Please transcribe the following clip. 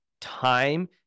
time